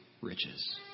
riches